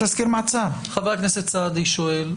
חבר הכנסת סעדי שואל,